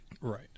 Right